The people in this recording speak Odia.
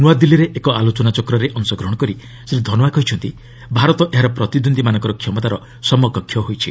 ନୂଆଦିଲ୍ଲୀରେ ଏକ ଆଲୋଚନାଚକ୍ରରେ ଅଂଶଗ୍ରହଣ କରି ଶ୍ରୀ ଧନୋଆ କହିଛନ୍ତି ଭାରତ ଏହାର ପ୍ରତିଦ୍ୱନ୍ଦ୍ୱୀମାନଙ୍କର କ୍ଷମତାର ସମକକ୍ଷ ହୋଇଛି